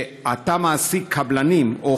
שאתה מעסיק קבלנים או